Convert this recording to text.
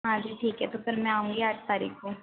हाँ जी ठीक है तो फिर मैं आऊँगी आठ तारीख को